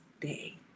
day